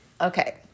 Okay